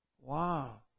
Wow